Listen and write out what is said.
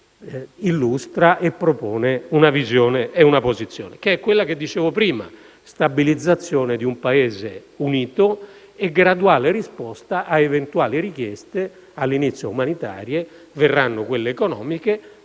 illustra e propone una visione e una posizione. La posizione è quella di cui ho detto: stabilizzazione di un Paese unito e graduale risposta a eventuali richieste, all'inizio umanitarie, poi verranno quelle economiche